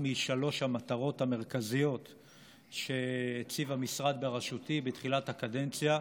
משלוש המטרות המרכזיות שהציב המשרד בראשותי בתחילת הקדנציה,